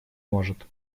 может